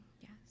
Yes